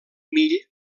mill